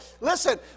listen